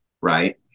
Right